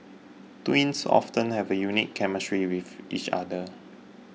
twins often have a unique chemistry with each other